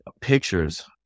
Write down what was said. pictures